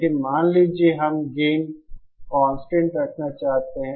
लेकिन मान लीजिए कि हम गेन कांस्टेंट रखना चाहते हैं